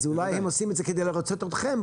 אז אולי הם עושים את זה כדי לרצות אתכם,